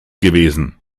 gewesen